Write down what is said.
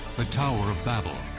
the tower of babel,